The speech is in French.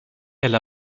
elle